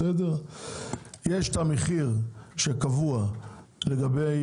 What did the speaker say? יש את המחיר שקבוע לגבי